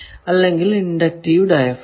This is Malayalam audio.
അല്ലെങ്കിൽ ഇൻഡക്റ്റീവ് ഡയഫ്രം